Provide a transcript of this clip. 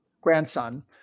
grandson